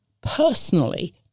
personally